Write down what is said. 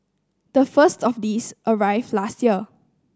the first of these arrived last year